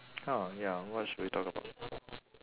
oh ya what should we talk about